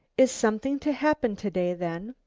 is something to happen to-day then?